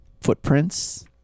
footprints